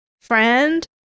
friend